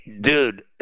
dude